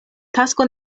tasko